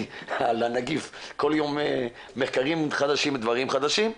על הנגיף וכל יום מתפרסמים מחקרים חדשים ודברים חדשים,